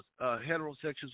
Heterosexuals